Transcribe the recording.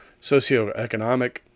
socioeconomic